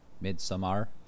Midsummer